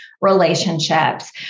relationships